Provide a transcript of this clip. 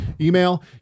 email